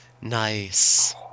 Nice